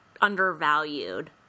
undervalued